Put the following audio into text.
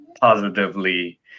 positively